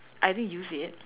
I didn't use it